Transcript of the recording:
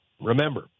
Remember